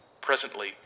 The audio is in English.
Presently